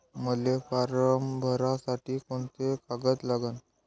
मले फारम भरासाठी कोंते कागद लागन?